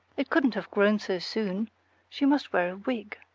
it couldn't have grown so soon she must wear a wig.